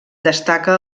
destaca